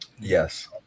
Yes